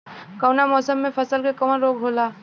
कवना मौसम मे फसल के कवन रोग होला?